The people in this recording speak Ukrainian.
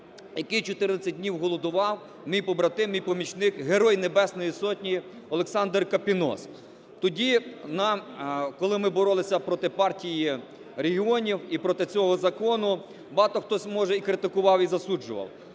який 14 днів голодував, мій побратим і помічник, герой Небесної Сотні Олександр Капінос. Тоді, коли ми боролися проти Партії регіонів і проти цього закону, багато хто, може, і критикував, і засуджував,